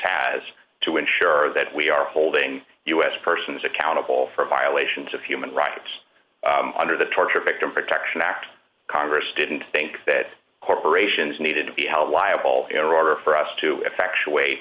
has to ensure that we are holding u s persons accountable for violations of human rights under the torture victim protection act congress didn't think that corporations needed to be held liable their order for us to effect